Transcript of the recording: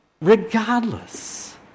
regardless